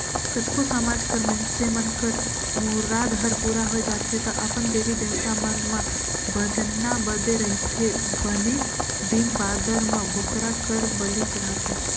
कतको समाज कर मइनसे मन कर मुराद हर पूरा होय जाथे त अपन देवी देवता मन म बदना बदे रहिथे बने दिन बादर म बोकरा कर बली चढ़ाथे